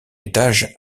étage